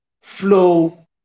flow